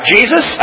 Jesus